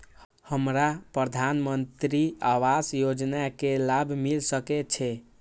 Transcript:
हमरा प्रधानमंत्री आवास योजना के लाभ मिल सके छे?